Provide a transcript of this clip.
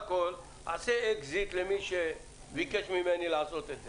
אעשה אקזיט למי שביקש ממני לעשות את זה,